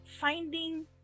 finding